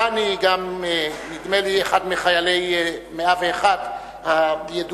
גם דני, נדמה לי אחד מחיילי 101 הידועה,